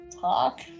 talk